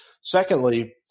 Secondly